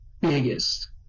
biggest